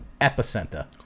epicenter